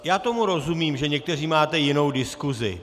Já tomu rozumím, že někteří máte jinou diskusi.